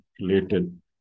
related